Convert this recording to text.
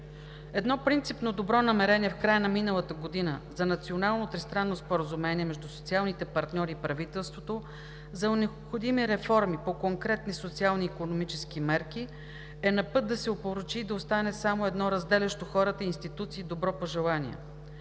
Едно принципно добро намерение от края на миналата година за национално тристранно споразумение между социалните партньори и правителството за необходими реформи по конкретни социални икономически мерки е на път да се опорочи и да остане само едно разделящо хората и институциите добро пожелание.